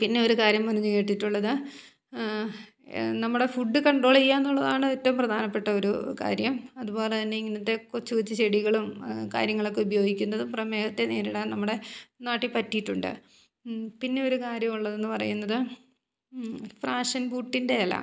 പിന്നെ ഒരു കാര്യം പറഞ്ഞു കേട്ടിട്ടുള്ളത് നമ്മുടെ ഫുഡ് കണ്ട്രോൾ ചെയ്യുകയെന്നുള്ളതാണ് എറ്റവും പ്രധാനപ്പെട്ട ഒരു കാര്യം അതുപോലെതന്നെ ഇങ്ങനത്തെ കൊച്ചു കൊച്ചു ചെടികളും കാര്യങ്ങളൊക്കെ ഉപയോഗിക്കുന്നതും പ്രമേഹത്തെ നേരിടാൻ നമ്മുടെ നാട്ടിൽ പറ്റിയിട്ടുണ്ട് പിന്നെ ഒരു കാര്യമുള്ളതെന്നു പറയുന്നത് ഫ്രാഷൻ ബൂട്ടിൻ്റെ ഇല